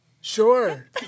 Sure